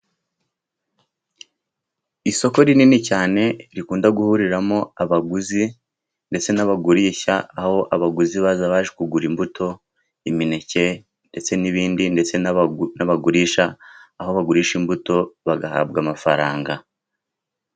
Isoko rinini cyane rikunda guhuriramo abaguzi ndetse n'abagurisha. Aho abaguzi baza, baje kugura imbuto, imineke, ndetse n'ibindi. Ndetse n'abagurisha aho bagurisha imbuto, bagahabwa amafaranga.